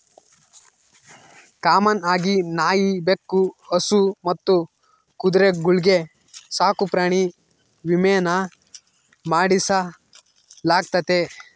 common ಆಗಿ ನಾಯಿ, ಬೆಕ್ಕು, ಹಸು ಮತ್ತು ಕುದುರೆಗಳ್ಗೆ ಸಾಕುಪ್ರಾಣಿ ವಿಮೇನ ಮಾಡಿಸಲಾಗ್ತತೆ